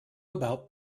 about